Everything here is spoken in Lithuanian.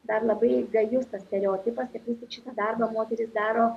dar labai gajus tas stereotipas kad vis tik šitą darbą moterys daro